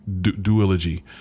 duology